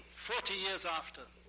forty years after,